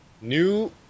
New